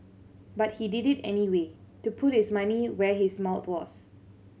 but he did it anyway to put his money where his mouth was